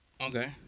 Okay